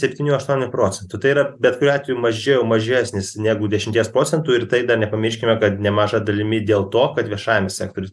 septynių aštuonių procentų tai yra bet kuriuo atveju mažiau mažesnis negu dešimties procentų ir tai dar nepamirškime kad nemaža dalimi dėl to kad viešajame sektorius